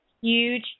huge